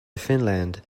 finland